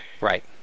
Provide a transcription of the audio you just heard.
Right